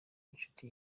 inshuti